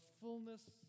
fullness